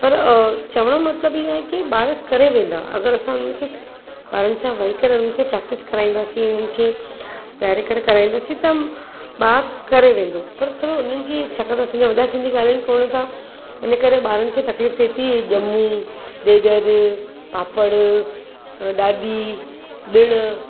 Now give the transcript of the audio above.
पर चवण जो मतलबु इहो आहे की ॿार करे वेंदा अगरि असां उन्हनि खे ॿारनि सां वेही करे उनसां प्रेक्टिस कराईंदासीं उन्हनि खे विहारे करे कराईंदासीं त ॿारु करे वेंदो पर थोरो उनजी छाकाणि त असांजा सिंधी ॻाल्हाए कोन था इन करे ॿारनि खे तकलीफ़ु थिए ती ॼमूं ॾेडरु पापड़ परॾाॾी ॾिण